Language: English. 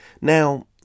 Now